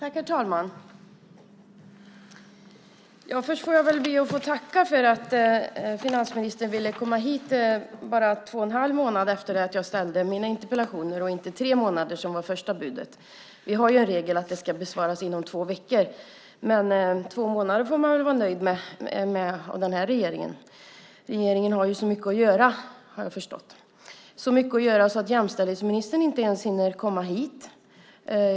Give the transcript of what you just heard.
Herr talman! Först får jag be att för tacka för att finansministern ville komma hit bara två och en halv månad efter att jag ställde mina interpellationer och inte tre månader som var första budet. Vi har en regel att de ska besvaras inom två veckor, men två månader får man väl vara nöjd med av den här regeringen. Regeringen har ju så mycket att göra, har jag förstått. Regeringen har så mycket att göra att jämställdhetsministern inte ens hinner komma hit.